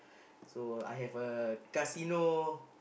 so I have a casino